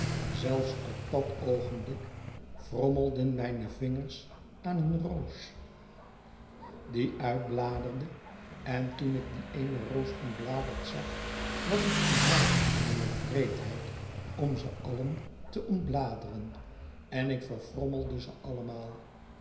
zelfs op dàt oogenblik frommelden mijne vingers aan een roos die uitbladerde en toen ik die eene roos ontbladerd zag was het in mij eene wreedheid om ze allen te ontbladeren en ik verfrommelde ze allemaal